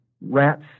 rats